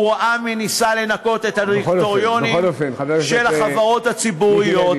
הוא ראה מי ניסה לנקות את הדירקטוריונים של החברות הציבוריות,